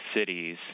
cities